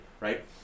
right